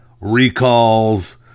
recalls